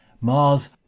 Mars